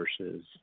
versus